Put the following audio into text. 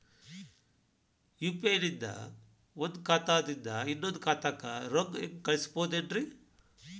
UPI ನಿಂದ ಒಂದ್ ಖಾತಾದಿಂದ ಇನ್ನೊಂದು ಖಾತಾಕ್ಕ ರೊಕ್ಕ ಹೆಂಗ್ ಕಳಸ್ಬೋದೇನ್ರಿ?